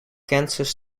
kansas